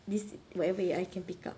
this whatever A_I can pick up